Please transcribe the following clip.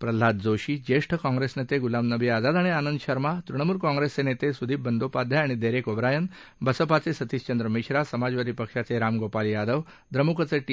प्रल्हाद जोशी ज्येष्ठ काँग्रेस नेते गुलाब नबी आझाद आणि आनंद शर्मा तृणमूल काँग्रेस नेते सुदीप बंदोपाधाय आणि डेरेक ओब्रायन बसपाचे सतिश चंद्र मिश्रा समाजवादी पक्षाचे राम गोपाल यादव द्रमुकचे टी